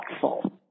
thoughtful